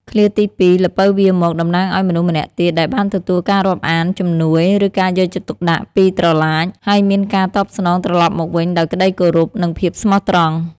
ឃ្លាទីពីរ "ល្ពៅវារមក" តំណាងឲ្យមនុស្សម្នាក់ទៀតដែលបានទទួលការរាប់អាន ជំនួយ ឬការយកចិត្តទុកដាក់ពី "ត្រឡាច" ហើយមានការតបស្នងត្រឡប់មកវិញដោយក្តីគោរព និងភាពស្មោះត្រង់។